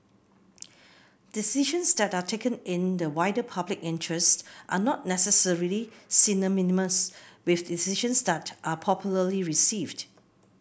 decisions that are taken in the wider public interest are not necessarily synonymous with decisions that are popularly received